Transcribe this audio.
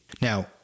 Now